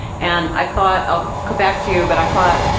and i thought i'll come back to you, but i thought,